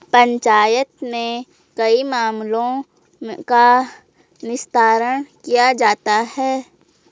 पंचायत में कई मामलों का निस्तारण किया जाता हैं